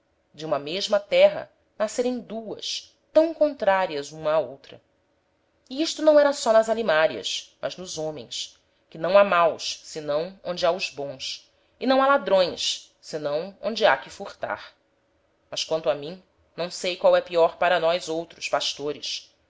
de uma mesma terra nascerem duas tam contrarias uma á outra e isto não era só nas alimarias mas nos homens que não ha maus senão onde ha os bons e não ha ladrões senão onde ha que furtar mas quanto a mim não sei qual é pior para nós outros pastores